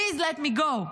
please let me go,"